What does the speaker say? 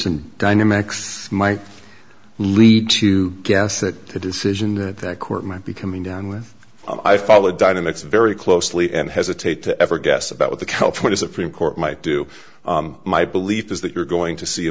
and dynamics might lead to guess that the decision that the court might be coming down with i followed dynamics very closely and hesitate to ever guess about what the california supreme court might do my belief is that you're going to see a